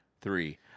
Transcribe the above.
three